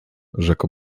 rzekł